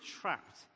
trapped